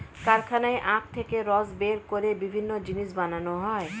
কারখানায় আখ থেকে রস বের করে বিভিন্ন জিনিস বানানো হয়